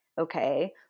okay